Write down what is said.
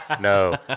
no